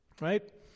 Right